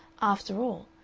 after all,